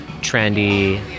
trendy